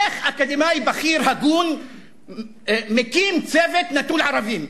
איך אקדמאי בכיר הגון מקים צוות נטול ערבים?